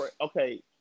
Okay